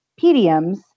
PDMs